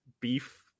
beef